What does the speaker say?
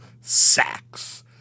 sacks